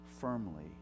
firmly